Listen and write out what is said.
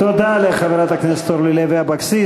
תודה לחברת הכנסת אורלי לוי אבקסיס.